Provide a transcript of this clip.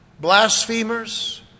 blasphemers